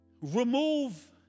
Remove